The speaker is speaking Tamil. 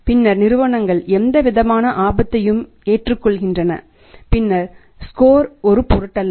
பின்னர் நிறுவனங்கள் எந்தவிதமான ஆபத்தையும் எடுத்துக்கொள்கின்றன பின்னர் ஸ்கோர் ஒரு பொருட்டல்ல